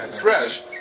fresh